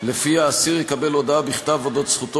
שלפיה אסיר יקבל הודעה בכתב על אודות זכותו